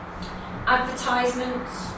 advertisements